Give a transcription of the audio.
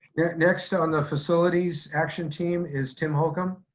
next so on the facilities action team is tim holcomb.